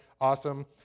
awesome